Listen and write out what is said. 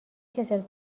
کسل